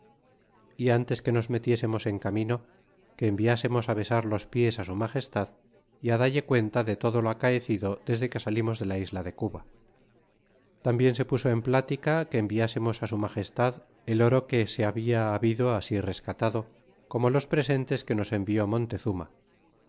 que antes que nos metiésemos en camino que enviásemos besar los píes á su magestad y dalle cuenta de todo lo acaecido desde que salimos de la isla de cuba y tambien se puso en plática que enviásemos su magestad el oro que se habla habido así rescatado como los presentes que nos envió montezuma